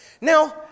now